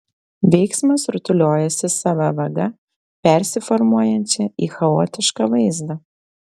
veiksmas rutuliojasi sava vaga persiformuojančia į chaotišką vaizdą